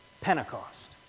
Pentecost